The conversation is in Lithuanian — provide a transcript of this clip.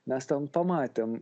mes ten pamatėm